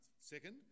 Second